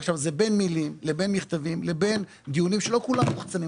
זה במילים, במכתבים ובדיונים שהם לא כולם מוחצנים.